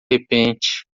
repente